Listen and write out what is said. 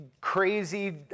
crazy